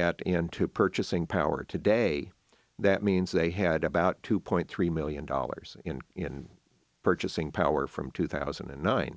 that into purchasing power today that means they had about two point three million dollars in in purchasing power from two thousand and nine